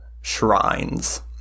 shrines